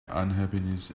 unhappiness